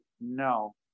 no